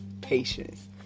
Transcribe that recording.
patience